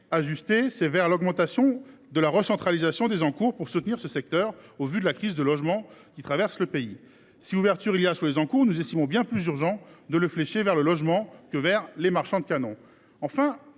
faut le faire vers l’augmentation de la recentralisation des encours pour soutenir ce secteur, au vu de la crise du logement que traverse le pays. S’il y a une ouverture sur les encours, nous estimons bien plus urgent de flécher ceux ci vers le logement plutôt que vers les marchands de canons. Enfin,